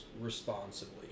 responsibly